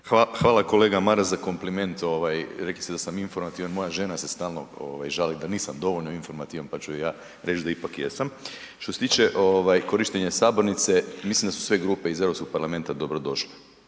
Hvala kolega Maras za kompliment ovaj rekli ste da sam informativan, moja žena se stalno ovaj žali da nisam dovoljno informativan pa ću ja reć da ipak jesam. Što se tiče ovaj korištenja sabornice, mislim da su sve grupe iz Europskog parlamenta dobro došle